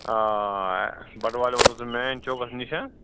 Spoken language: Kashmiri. آ بٹہٕ مالیُن ووتُک ژٕ مین چوکَس نِش